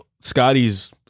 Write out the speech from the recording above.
Scotty's